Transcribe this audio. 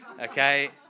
okay